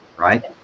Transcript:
Right